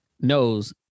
knows